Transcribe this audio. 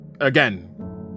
Again